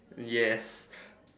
yes